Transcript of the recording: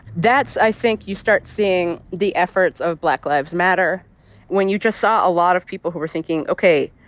that's, i think you start seeing the efforts of black lives matter when you just saw a lot of people who were thinking, ok.